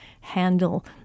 handle